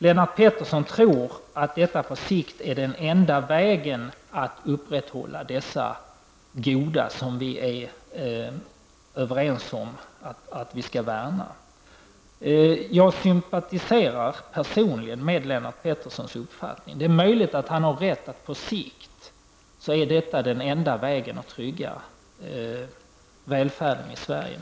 Lennart Pettersson tror att detta på sikt är den enda vägen att upprätthålla dessa goda ting som vi är överens om att vi skall värna. Jag sympatiserar personligen med Lennart Petterssons uppfattning. Det är möjligt att han på sikt har rätt, att det är den enda vägen att trygga välfärden i Sverige.